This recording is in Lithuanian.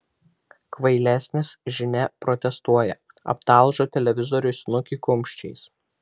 kvailesnis žinia protestuoja aptalžo televizoriui snukį kumščiais